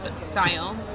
style